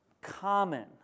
common